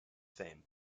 fame